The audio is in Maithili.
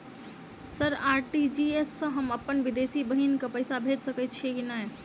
सर आर.टी.जी.एस सँ हम अप्पन विदेशी बहिन केँ पैसा भेजि सकै छियै की नै?